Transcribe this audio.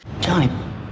Johnny